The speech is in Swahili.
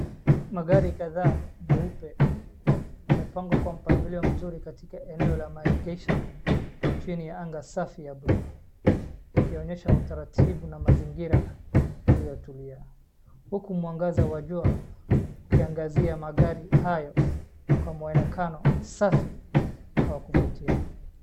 Magari kadhaa meupe yamepangwa kwa mpangilio mzuri katika eneo la maegesho chini ya anga safi ya buluu yakionyesha utaratibu na mazingira yaliotulia uku mwangaza wa jua ukiangazia magari hayo kwa mwonekano safi na wa kuvutia.